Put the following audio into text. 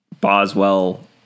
Boswell